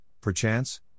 perchance